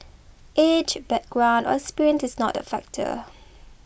age background or experience is not a factor